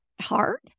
hard